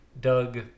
Doug